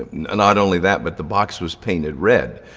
and not only that, but the box was painted red,